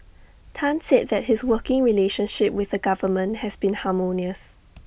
Tan said that his working relationship with the government has been harmonious